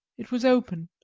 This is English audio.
it was open,